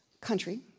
country